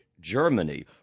Germany